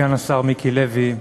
סגן השר מיקי לוי,